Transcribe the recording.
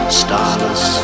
starless